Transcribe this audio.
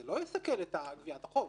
זה לא יסכל את גביית החוב.